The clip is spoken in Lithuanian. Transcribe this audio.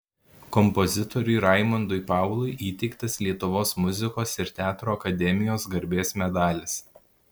kompozitoriui raimondui paului įteiktas lietuvos muzikos ir teatro akademijos garbės medalis